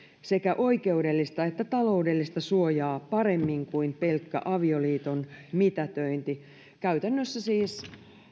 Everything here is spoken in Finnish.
sekä oikeudellista että taloudellista suojaa paremmin kuin pelkkä avioliiton mitätöinti käytännössä siis